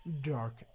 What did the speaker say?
dark